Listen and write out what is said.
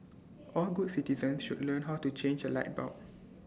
all good citizens should learn how to change A light bulb